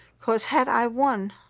because had i won,